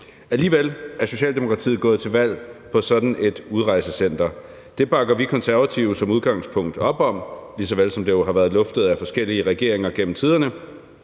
Alligevel er Socialdemokratiet gået til valg på sådan et udrejsecenter. Det bakker vi Konservative som udgangspunkt op om, ligeså vel som det jo har været luftet af forskellige regeringer gennem tiderne.